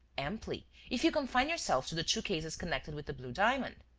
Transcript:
amply, if you confine yourself to the two cases connected with the blue diamond.